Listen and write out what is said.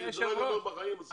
הסיפור הזה לעולם לא יסתיים.